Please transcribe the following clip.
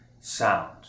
sound